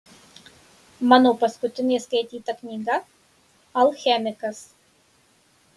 mano paskutinė skaityta knyga alchemikas